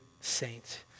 saint